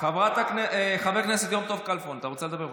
חבר הכנסת יום טוב כלפון, אתה רוצה לדבר?